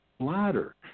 bladder